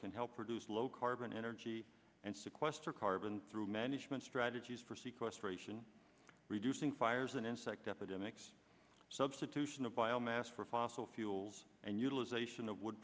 can help reduce low carbon energy and sequester carbon through management strategies for seaquest ration reducing fires and insect epidemics substitution of biomass for fossil fuels and utilization of wo